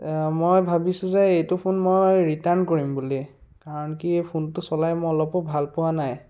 মই ভাবিছোঁ যে এইটো ফোন মই ৰিটাৰ্ণ কৰিম বুলি কাৰণ কি ফোনটো চলাই মই অলপো ভাল পোৱা নাই